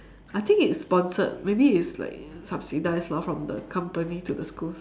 I think it's sponsored maybe it's like subsidized lah from the company to the schools